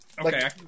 Okay